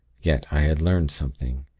yet, i had learnt something,